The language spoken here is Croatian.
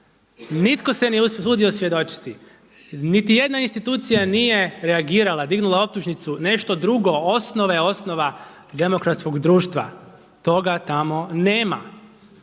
nitko se nije usudio svjedočiti, niti jedna institucija nije reagirala, dignula optužnicu, nešto drugo, osnovne osnova demokratskog društva, toga tamo nema.